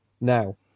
Now